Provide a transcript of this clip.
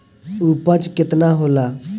उपज केतना होला?